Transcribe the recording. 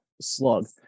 slug